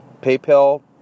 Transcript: PayPal